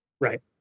Right